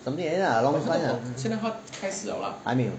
something like that lah along this line 还没有